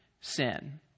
sin